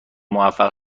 موفق